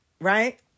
right